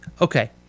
Okay